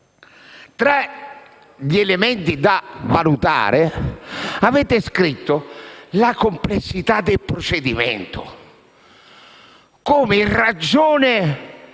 Tra gli elementi da valutare avete indicato la complessità del procedimento, come se in ragione